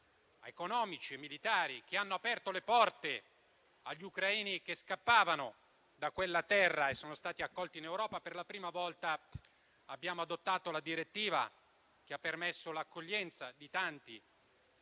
economici e militari e che hanno aperto le porte agli ucraini che scappavano da quella terra e sono stati accolti in Europa; per la prima volta abbiamo adottato la direttiva che ha permesso l'accoglienza automatica